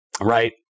right